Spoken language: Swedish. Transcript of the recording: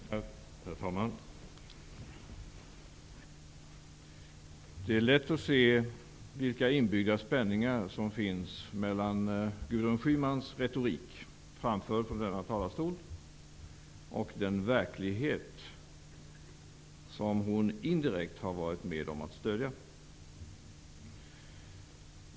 Herr talman! Det är lätt att se vilka inbyggda spänningar som finns mellan Gudrun Schymans retorik, framförd från denna talarstol, och den verklighet som hon indirekt har varit med om att stödja.